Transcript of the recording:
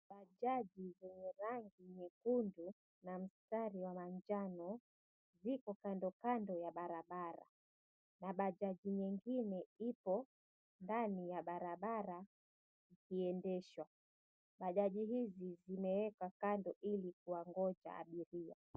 Bajaji yenye rangi nyekundu na mstari wa manjano, ziko kando kando ya barabara na bajaji nyingine ipo ndani ya barabara ikiendeshwa. Bajaji hizi zimeekwa kando ili kuwangoja abiria.